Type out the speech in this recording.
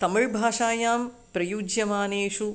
तमिळ् भाषायां प्रयुज्यमानेषु